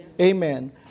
Amen